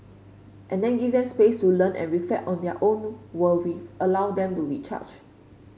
and then give them space to learn and reflect on their own were we allow them to recharge